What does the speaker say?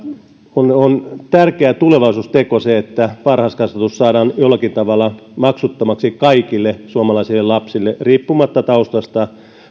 on tärkeä tulevaisuusteko että varhaiskasvatus saadaan jollakin tavalla maksuttomaksi kaikille suomalaisille lapsille riippumatta taustasta